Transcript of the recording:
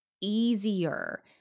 easier